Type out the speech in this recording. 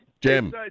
Jim